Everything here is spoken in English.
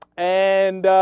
and